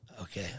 Okay